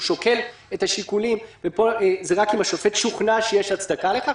שוקל את השיקולים ופה זה רק אם השופט שוכנע שיש הצדקה לכך.